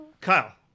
Kyle